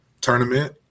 tournament